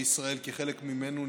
וישראל כחלק ממנו,